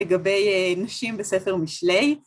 לגבי אנשים בספר משלי.